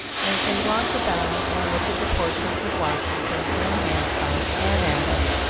as they walked about and looked at the portraits of washington, and hancock, and adams,